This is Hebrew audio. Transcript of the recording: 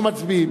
אנחנו מצביעים.